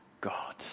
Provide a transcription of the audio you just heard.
God